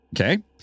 Okay